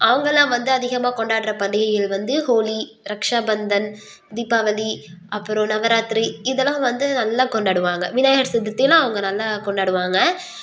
அவங்கள்லாம் வந்து அதிகமாக கொண்டாடுற பண்டிகைகள் வந்து ஹோலி ரக்ஷாபந்தன் தீபாவளி அப்புறோம் நவராத்திரி இதெலாம் வந்து நல்லா கொண்டாடுவாங்க விநாயகர் சதுர்த்திலாம் அவங்க நல்லா கொண்டாடுவாங்க